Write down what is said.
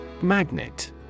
Magnet